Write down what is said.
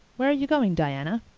where are you going, diana?